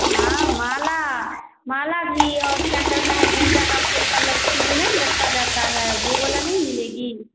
हाँ माला माला भी और क्या कहता है गेंदा का फूल का लच्छी जो नहीं लटका जाता है वह वाला नहीं मिलेगा